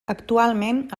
actualment